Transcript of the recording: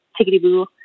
tickety-boo